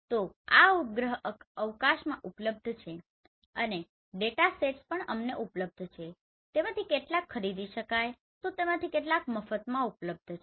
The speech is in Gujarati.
તો આ ઉપગ્રહો અવકાશમાં ઉપલબ્ધ છે અને ડેટાસેટ્સ પણ અમને ઉપલબ્ધ છે તેમાંથી કેટલાક ખરીદી શકાય છેતો તેમાંથી કેટલાક મફતમાં ઉપલબ્ધ છે